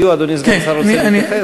אדוני סגן השר רוצה להתייחס?